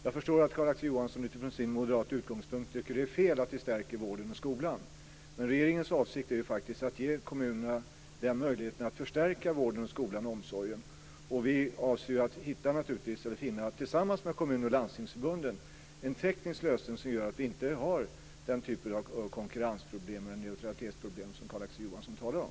Jag förstår att Carl-Axel Johansson utifrån sin moderata utgångspunkt tycker att det är fel att vi stärker vården och skolan, men regeringens avsikt är att ge kommunerna möjlighet att förstärka vården, skolan och omsorgen. Vi avser naturligtvis att tillsammans med landstingsförbunden hitta en teknisk lösning som gör att vi inte har den typen av konkurrensproblem eller neutralitetsproblem som Carl-Axel Johansson talar om.